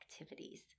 activities